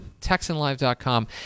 TexanLive.com